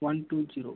one two zero